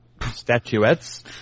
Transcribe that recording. statuettes